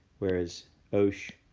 whereas osh,